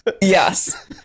Yes